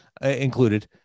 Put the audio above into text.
included